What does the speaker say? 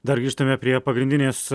dar grįžtame prie pagrindinės